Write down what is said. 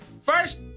first